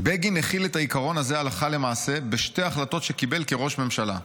"בגין החיל את העיקרון הזה הלכה למעשה בשתי החלטות שקיבל כראש ממשלה: